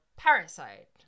Parasite